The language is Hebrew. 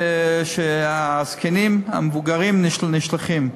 שהזקנים, המבוגרים, נשלחים.